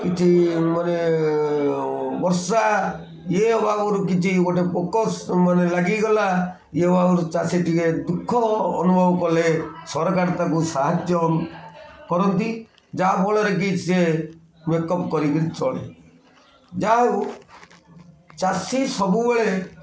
କିଛି ମାନେ ବର୍ଷା ଇଏ ବାଗରୁ କିଛି ଗୋଟେ ଫୋକସ୍ ମାନେ ଲାଗିଗଲା ଇଏ ଚାଷୀ ଟିକେ ଦୁଃଖ ଅନୁଭବ କଲେ ସରକାର ତାକୁ ସାହାଯ୍ୟ କରନ୍ତି ଯାହାଫଳରେ କି ସିଏ ମେକଅପ୍ କରିକିରି ଚଳେ ଯାହା ହଉ ଚାଷୀ ସବୁବେଳେ